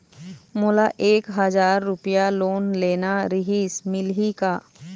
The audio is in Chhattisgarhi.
मोला एक हजार रुपया लोन लेना रीहिस, मिलही का?